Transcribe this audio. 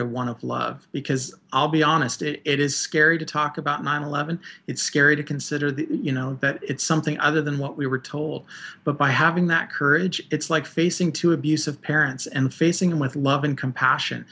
to one of love because i'll be honest it is scary to talk about nine eleven it's scary to consider that you know that it's something other than what we were told but by having that courage it's like facing two abusive parents and facing them with love and compassion